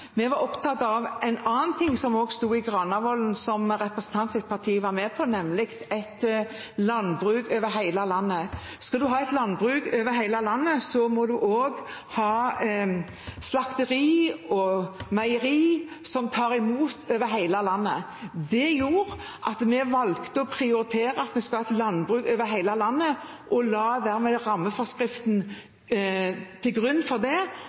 Vi var opptatt av en annen ting som også sto i Granavolden-plattformen, som representantens parti var med på, nemlig et landbruk over hele landet. Skal man ha et landbruk over hele landet, må man også ha slakteri og meieri som tar imot over hele landet. Det gjorde at vi valgte å prioritere at vi skal ha et landbruk over hele landet og la rammeforskriften til grunn for det,